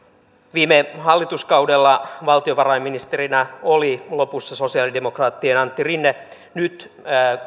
viime hallituskaudella valtiovarainministerinä oli lopussa sosialidemokraattien antti rinne nyt